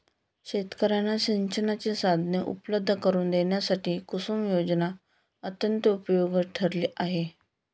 शेतकर्यांना सिंचनाची साधने उपलब्ध करून देण्यासाठी कुसुम योजना अत्यंत उपयोगी ठरली आहे